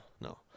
no